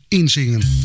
inzingen